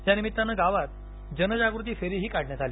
यानिमित्तानं गावात जनजगृती फेरीही काढण्यात आली